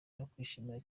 nakwishimira